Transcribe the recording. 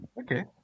Okay